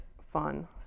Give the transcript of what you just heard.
fun